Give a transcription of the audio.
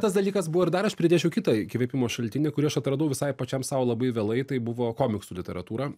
tas dalykas buvo ir dar aš pridėčiau kitą įkvėpimo šaltinį kurį aš atradau visai pačiam sau labai vėlai tai buvo komiksų literatūra